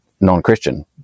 non-Christian